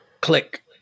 click